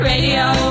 Radio